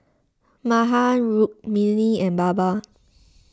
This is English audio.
Mahan Rukmini and Baba